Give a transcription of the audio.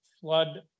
Flood